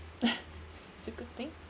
it's a good thing